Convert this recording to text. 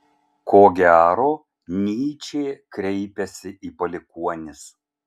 ko gero nyčė kreipiasi į palikuonis